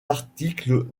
articles